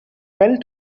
fell